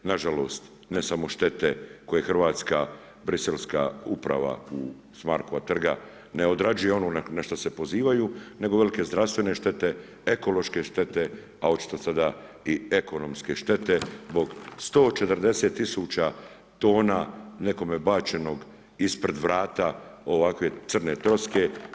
Na žalost ne samo štete koje hrvatska briselska uprava s Markova trga ne odrađuje ono na što se pozivaju, nego velike zdravstvene štete, ekološke štete, a očito sada i ekonomske štete zbog 140 000 tona nekome bačenog ispred vrata ovakve crne troske.